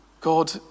God